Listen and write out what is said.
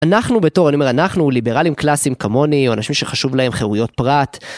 אנחנו בתור, אני אומר, אנחנו ליברליים קלאסיים כמוני, או אנשים שחשוב להם חירויות פרט.